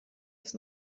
ist